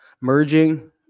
merging